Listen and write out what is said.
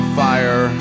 fire